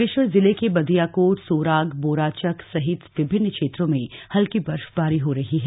बागेश्वर जिले के बदियाकोट सोराग बोराचक सहित विभिन्न क्षेत्रों में हल्की बर्फबारी हो रही है